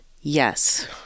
Yes